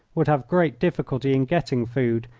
would have great difficulty in getting food,